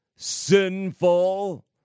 Sinful